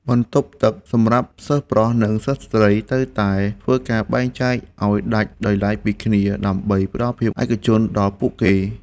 បន្ទប់ទឹកសម្រាប់សិស្សប្រុស និងសិស្សស្រីត្រូវតែធ្វើការបែងចែកឱ្យដាច់ដោយឡែកពីគ្នាដើម្បីផ្តល់ភាពឯកជនដល់ពួកគេ។